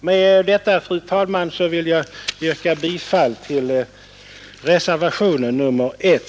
Med detta, fru talman, vill jag yrka bifall till reservationen 1.